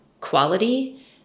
quality